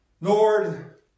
Lord